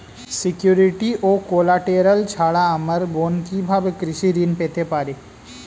Security ও collateral ছাড়া আমার বোন কিভাবে কৃষি ঋন পেতে পারে?